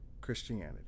Christianity